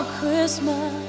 Christmas